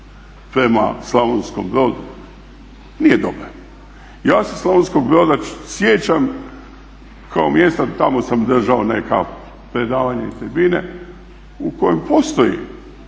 prema Slavonskom Brodu nije dobar. Ja se Slavonskog Broda sjećam kao mjesta, tamo sam držao neka predavanja i tribine, u kojem postoji